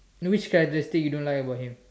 no which characteristic you don't like about him